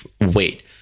wait